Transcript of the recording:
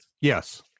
Yes